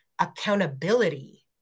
accountability